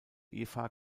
eva